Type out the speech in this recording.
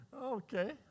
Okay